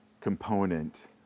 component